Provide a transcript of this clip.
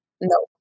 No